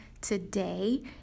today